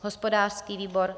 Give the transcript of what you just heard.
Hospodářský výbor: